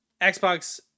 Xbox